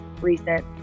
recent